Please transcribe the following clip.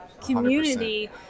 community